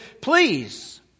Please